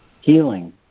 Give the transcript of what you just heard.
healing